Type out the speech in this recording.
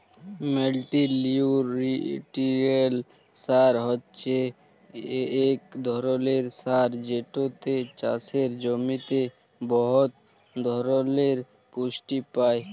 মাল্টিলিউটিরিয়েল্ট সার হছে ইক ধরলের সার যেটতে চাষের জমিতে বহুত ধরলের পুষ্টি পায়